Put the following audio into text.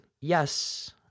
Yes